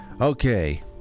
okay